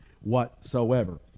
whatsoever